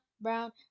brown